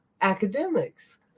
academics